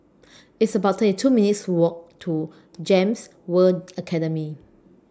It's about thirty two minutes' Walk to Gems World Academy